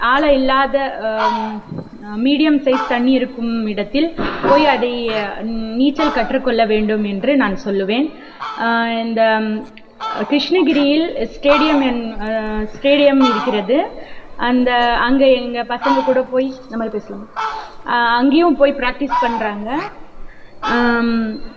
ஆழம் இல்லாத medium size தண்ணி இருக்கும் இடத்தில் போய் அதை நீச்சல் கற்று கொள்ள வேண்டும் என்று நான் சொல்லுவேன் இந்த கிருஷ்ணகிரியில் ஸ்டேடியம் ஸ்டேடியம் இருக்கிறது அந்த அங்கே எங்கள் பசங்க கூட போய் இந்த மாதிரி பேசலாம் அங்கேயும் போய் ப்ராக்டிஸ் பண்ணுறாங்க